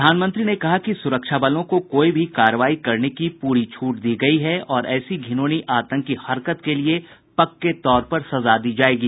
प्रधानमंत्री ने कहा कि सुरक्षाबलों को कोई भी कार्रवाई करने की पूरी छूट दी गई है और ऐसी घिनौनी आतंकी हरकत के लिए पक्के तौर पर सजा दी जाएगी